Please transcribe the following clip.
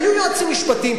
היו יועצים משפטיים,